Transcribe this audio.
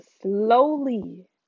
slowly